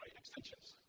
extensions.